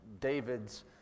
David's